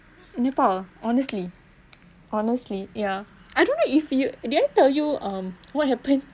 nepal honestly honestly ya I don't know if you did I tell you um what happened